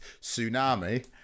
Tsunami